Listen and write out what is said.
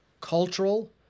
cultural